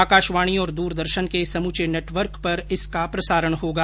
आकाशवाणी और दूरदर्शन के समूचे नेटवर्क पर इसका प्रसारण होगा